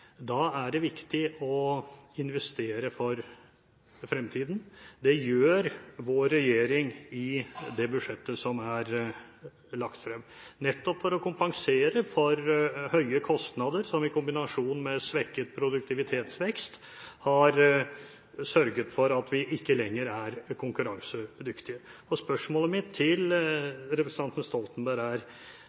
Da er det viktig å investere for fremtiden. Det gjør vår regjering i det budsjettet som er lagt frem, nettopp for å kompensere for høye kostnader som i kombinasjon med svekket produktivitetsvekst har sørget for at vi ikke lenger er konkurransedyktige. Spørsmålet mitt til representanten Stoltenberg er: